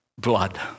blood